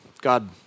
God